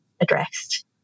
addressed